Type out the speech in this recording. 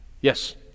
Yes